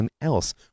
else